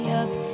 up